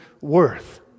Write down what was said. worth